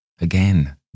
again